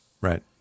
Right